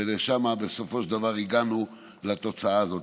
ושם בסופו של דבר הגענו לתוצאה הזאת.